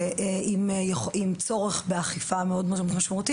עם צורך באכיפה מאוד משמעותית.